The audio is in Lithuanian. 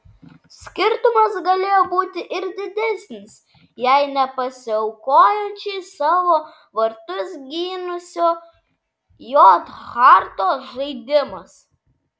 skirtumas galėjo būti ir didesnis jei ne pasiaukojančiai savo vartus gynusio j harto žaidimas